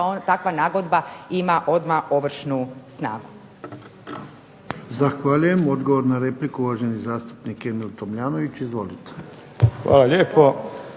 takva nagodba ima odmah ovršnu snagu.